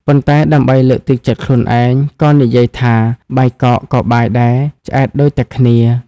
ប៉ុន្តែដើម្បីលើកទឹកចិត្តខ្លួនឯង ក៏និយាយថា បាយកកក៏បាយដែរ ឆ្អែតដូចតែគ្នា ។